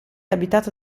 abitata